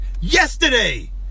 Yesterday